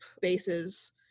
bases